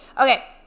Okay